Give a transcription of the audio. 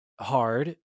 hard